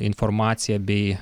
informaciją bei